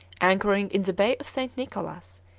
anchoring in the bay of st. nicholas,